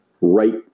right